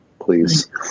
Please